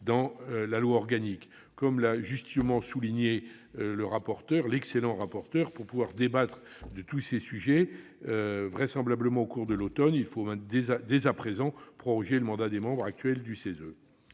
dans la loi organique ? Comme l'a justement souligné l'excellent rapporteur, pour pouvoir débattre de tous ces sujets, vraisemblablement au cours de l'automne, il nous faut dès à présent proroger le mandat des membres actuels du CESE.